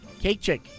CakeChick